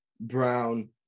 Brown